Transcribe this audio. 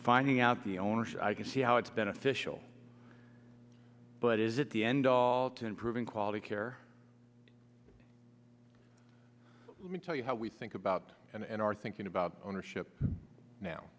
finding out the owners i can see how it's beneficial but is it the end all to improving quality care let me tell you how we think about and are thinking about ownership now